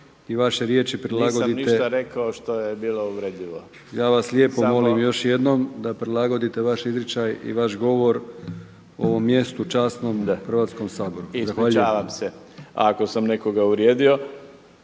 **Brkić, Milijan (HDZ)** Ja vas lijepo molim još jednom da prilagode vaš izričaj i vaš govor ovom mjestu časnom u Hrvatskom saboru. Zahvaljujem. **Mrsić, Mirando